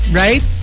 right